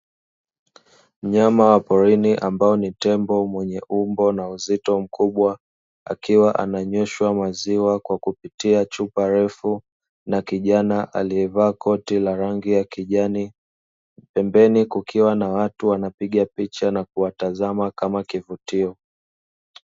Mnyama pori ni ambayo ni tembo mwenye umbo na uzito mkubwa, akiwa ananyoshwa kwenye ziwa kwa kupitia chupa refu, na kijana aliyevaa koti la rangi ya kijani pembeni kukiwa na watu wanapiga picha na kuwatazama kama kivutio